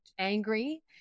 angry